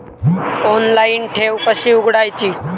Online ठेव कशी उघडायची?